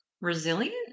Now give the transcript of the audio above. resilient